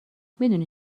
میدونی